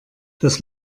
das